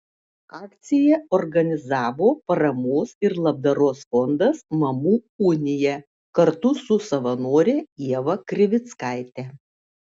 akciją organizavo paramos ir labdaros fondas mamų unija kartu su savanore ieva krivickaite